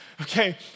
Okay